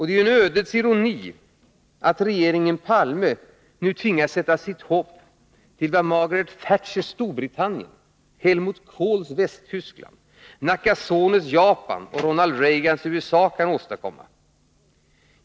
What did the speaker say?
Det är en ödets ironi att regeringen Palme nu tvingas sätta sitt hopp till vad Margaret Thatchers Storbritannien, Helmut Kohls Västtyskland, Nakasones Japan och Ronald Reagans USA kan åstadkomma.